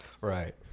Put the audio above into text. right